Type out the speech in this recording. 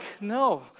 no